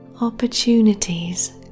Opportunities